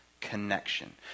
connection